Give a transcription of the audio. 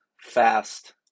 fast